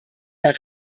der